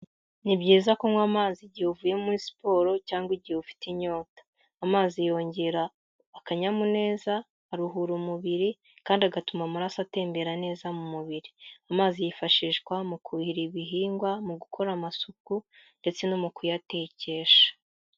Ni byiza kunywa amazi igihe uvuye muri siporo cyangwa igihe ufite inyota. Amazi yongera akanyamuneza, aruhura umubiri kandi agatuma amaraso atembera neza mu mubiri. Amazi yifashishwa mu kuhira ibihingwa, mu gukora amasuku ndetse no mu kuyatekesha.